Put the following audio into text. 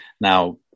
Now